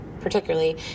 particularly